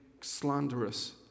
slanderous